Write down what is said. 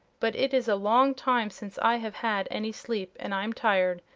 but it is a long time since i have had any sleep, and i'm tired.